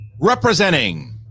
representing